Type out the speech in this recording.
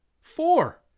Four